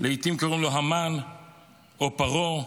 לעיתים קראו לו המן או פרעה,